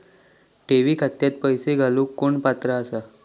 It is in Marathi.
ठेवी खात्यात पैसे घालूक कोण पात्र आसा?